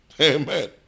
Amen